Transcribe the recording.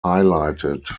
highlighted